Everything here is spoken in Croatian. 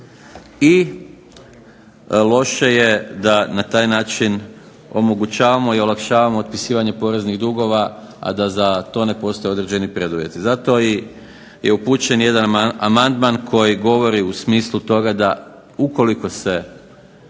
i loše je da na taj način omogućavamo i olakšavamo otpisivanje poreznih dugova, a da za to ne postoje određeni preduvjeti. Zato je i upućen jedan amandman koji govori u smislu toga da ukoliko se